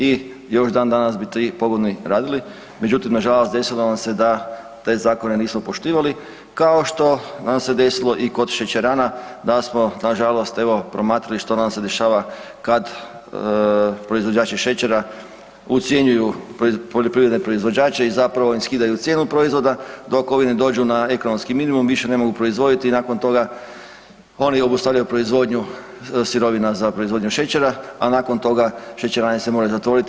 I još dandanas bi ti pogoni radili, međutim nažalost desilo nam se da te zakone nismo poštivali kao što nam se desilo i kod šećerana da smo nažalost evo promatrali što nam se dešava kad proizvođači šećera ucjenjuju poljoprivredne proizvođače i zapravo im skidaju cijenu proizvoda dok ovi ne dođu na ekonomski minimum, više ne mogu proizvoditi i nakon toga oni obustavljaju proizvodnju sirovina za proizvodnju šećera, a nakon toga šećerane se moraju zatvoriti.